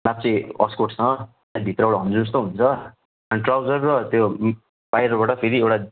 लाप्चे अस्कोट छ त्यहाँदेखि भित्रबाट हन्जु जस्तो हुन्छ अनि ट्राउजर र त्यो बाहिरबाट फेरि एउटा